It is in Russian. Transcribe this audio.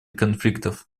конфликтов